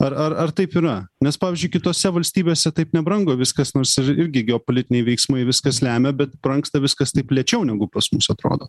ar ar ar taip yra nes pavyzdžiui kitose valstybėse taip nebrango viskas nors irgi geopolitiniai veiksmai viskas lemia bet brangsta viskas taip lėčiau negu pas mus atrodo